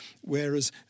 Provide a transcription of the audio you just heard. whereas